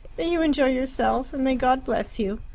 may you enjoy yourself, and may god bless you.